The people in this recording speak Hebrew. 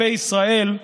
כלפי ישראל,